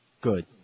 Good